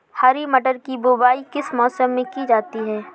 हरी मटर की बुवाई किस मौसम में की जाती है?